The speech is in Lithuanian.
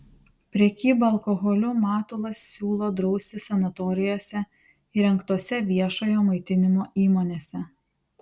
prekybą alkoholiu matulas siūlo drausti sanatorijose įrengtose viešojo maitinimo įmonėse